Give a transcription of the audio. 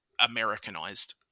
Americanized